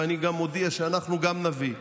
ואני מודיע שאנחנו גם נביא,